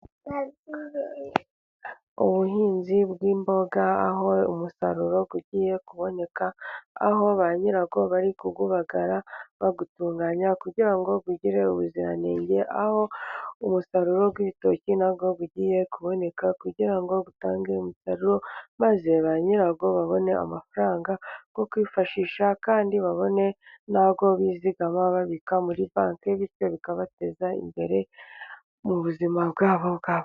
Ubuhinzi bw'imboga aho umusaruro ugiye kuboneka, aho ba nyirawo bari kuwubagara bawutunganya kugira ngo ugire ubuziranenge. Aho umusaruro w'ibitoki nawo ugiye kuboneka kugira ngo utange umusaruro maze ba nyirawo babone amafaranga yo kwifashisha kandi babone n'ayo bizigama babika muri banki, bityo bikabateza imbere mu buzima bwabo bwa buri munsi .